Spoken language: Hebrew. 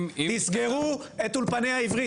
תסגרו את אולפני העברית.